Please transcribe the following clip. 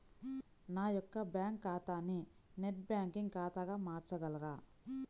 నా యొక్క బ్యాంకు ఖాతాని నెట్ బ్యాంకింగ్ ఖాతాగా మార్చగలరా?